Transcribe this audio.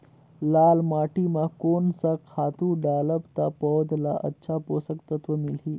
लाल माटी मां कोन सा खातु डालब ता पौध ला अच्छा पोषक तत्व मिलही?